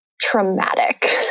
traumatic